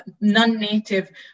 non-native